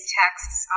texts